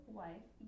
wife